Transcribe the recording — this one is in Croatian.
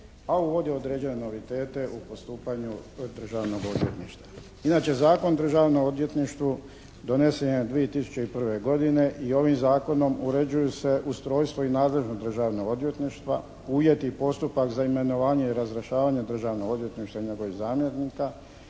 a uvodi određene novitete u postupanju Državnog odvjetništva. Inače Zakon o Državnom odvjetništvu donesen je 2001. godine i ovim Zakonom uređuju se ustrojstvo i nadležnost Državnog odvjetništva, uvjeti i postupak za imenovanje i razrješavanje Državnog odvjetništva i njegovih zamjenika,